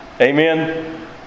Amen